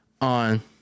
on